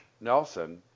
Nelson